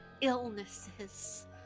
illnesses